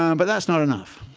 um but that's not enough.